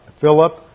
Philip